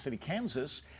Kansas